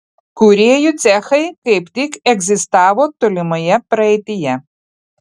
kūrėjų cechai kaip tik egzistavo tolimoje praeityje